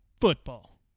football